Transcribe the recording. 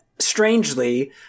Strangely